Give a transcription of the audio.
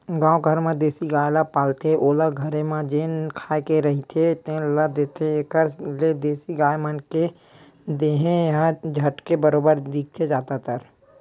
गाँव घर म देसी गाय ल पालथे ओला घरे म जेन खाए के रहिथे तेने ल देथे, एखर ले देसी गाय मन के देहे ह झटके बरोबर दिखथे जादातर